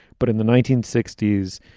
but in the nineteen sixty s,